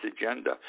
agenda